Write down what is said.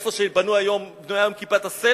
איפה שבנויה היום כיפת-הסלע.